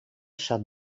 zat